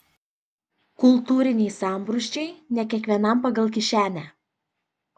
kultūriniai sambrūzdžiai ne kiekvienam pagal kišenę